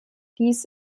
dies